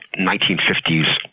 1950s